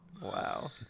Wow